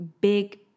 big